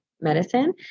medicine